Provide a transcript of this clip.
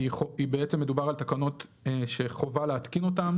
בעצם מדובר על תקנות שחובה להתקין אותן